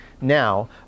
now